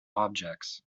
objects